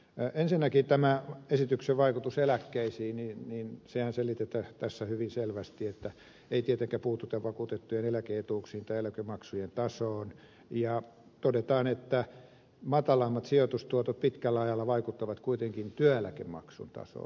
ensinnäkin tämä esityksen vaikutus eläkkeisiin selitetään tässä hyvin selvästi että ei tietenkään puututa vakuutettujen eläke etuuksiin tai eläkemaksujen tasoon ja todetaan että matalammat sijoitustuotot pitkällä ajalla vaikuttavat kuitenkin työeläkemaksun tasoon